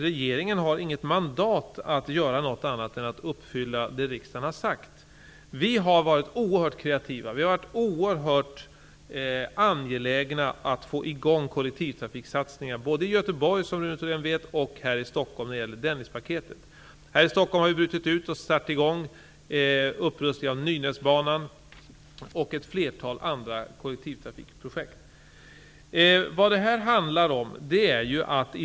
Regeringen har inget mandat att göra något annat än att uppfylla det som riksdagen har sagt. Vi har varit oerhört kreativa och angelägna att få i gång kollektivtrafiksatsningar både i Göteborg, som Rune Thorén vet, och här i Stockholm när det gäller Dennispaketet. I Stockholm har vi satt i gång upprustning av Nynäsbanan och ett flertal andra kollektivtrafikprojekt.